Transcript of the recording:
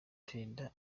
perezida